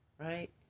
Right